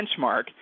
benchmark